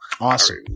awesome